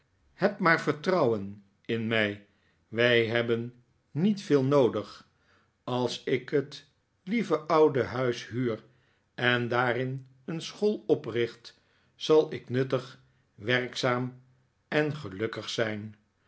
heb maar vertrouwen in mij wij hebben niet veel noodig als ik het lieve oude huis huur en daarin een school opricht zal ik nuttig werkzaam en gelukkig zijn